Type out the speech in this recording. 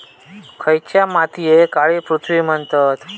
खयच्या मातीयेक काळी पृथ्वी म्हणतत?